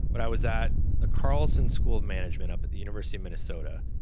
when i was at carlson school of management up at the university of minnesota,